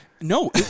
No